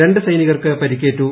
രണ്ട് സൈനികർക്ക് പരിക്കേറ്റു